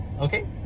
okay